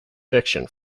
fiction